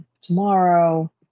Tomorrow